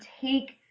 take